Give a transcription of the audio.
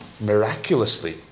miraculously